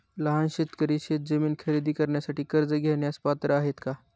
लहान शेतकरी शेतजमीन खरेदी करण्यासाठी कर्ज घेण्यास पात्र आहेत का?